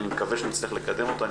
אני מקווה שנצליח לקדם אותה.